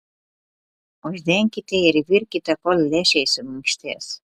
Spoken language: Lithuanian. uždenkite ir virkite kol lęšiai suminkštės